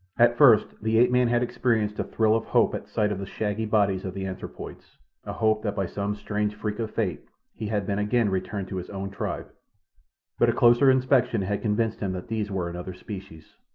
at first the ape-man had experienced a thrill of hope at sight of the shaggy bodies of the anthropoids a hope that by some strange freak of fate he had been again returned to his own tribe but a closer inspection had convinced him that these were another species.